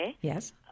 Yes